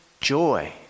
joy